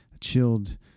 chilled